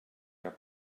que